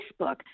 Facebook